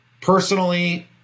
Personally